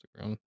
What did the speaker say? Instagram